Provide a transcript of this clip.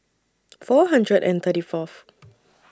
four hundred and thirty Fourth